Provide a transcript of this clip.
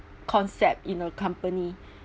concept in the company